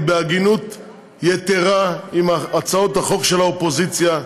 בהגינות יתרה עם הצעות החוק של האופוזיציה.